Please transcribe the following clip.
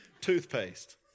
Toothpaste